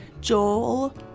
Joel